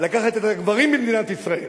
לקחת את הגברים במדינת ישראל